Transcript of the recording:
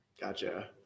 Gotcha